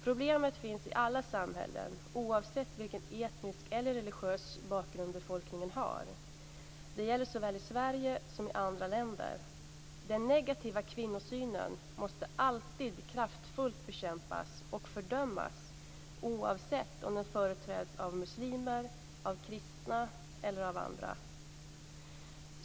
Problemet finns i alla samhällen oavsett vilken etnisk eller religiös bakgrund befolkningen har. Detta gäller såväl i Sverige som i andra länder. Den negativa kvinnosynen måste alltid kraftfullt bekämpas och fördömas oavsett om den företräds av muslimer, kristna eller andra.